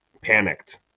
panicked